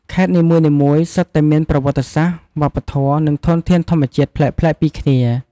ខេត្តនីមួយៗសុទ្ធតែមានប្រវត្តិសាស្រ្ត វប្បធម៌ និងធនធានធម្មជាតិប្លែកៗពីគ្នា។